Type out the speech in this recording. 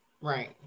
right